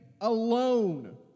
alone